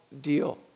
deal